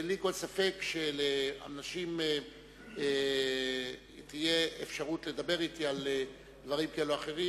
בלי כל ספק לאנשים תהיה אפשרות לדבר אתי על דברים כאלה ואחרים,